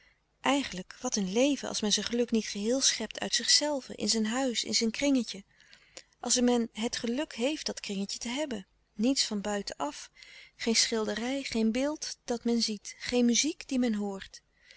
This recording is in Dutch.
eigenlijk wat een leven als men zijn geluk niet geheel schept uit zichzelve in zijn huis in zijn kringetje als men het geluk heeft dat kringetje te hebben niets van buiten af geen schilderij geen beeld dat men ziet geen muziek die men hoort